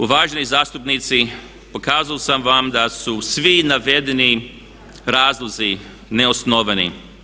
Uvaženi zastupnici pokazao sam vam da su svi navedeni razlozi neosnovani.